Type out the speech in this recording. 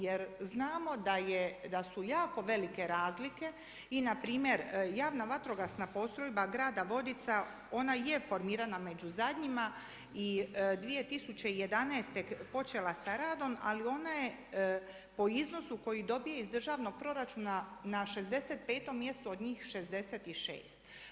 Jer znamo da su jako velike razlike i npr. javna vatrogasna postrojba Grada Vodica ona je formirana među zadnjima i 2011. je počela sa radom, ali ona je po iznosu koji dobije iz državnog proračuna na 65. mjestu od njih 66.